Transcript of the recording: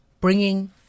bringing